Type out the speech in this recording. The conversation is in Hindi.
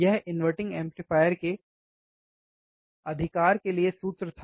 यह इन्वर्टिंग एम्पलीफायर के अधिकार के लिए सूत्र था